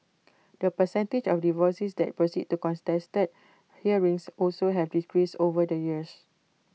the percentage of divorces that proceed to contested hearings also has decreased over the years